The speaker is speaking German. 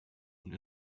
und